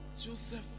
Joseph